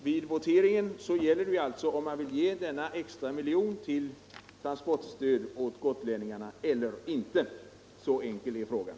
Vid voteringen får man alltså visa om man vill ge denna extra miljon till transportstöd åt gotlänningarna eller inte. Så enkel är frågan.